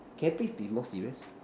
can you please be more serious